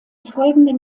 folgenden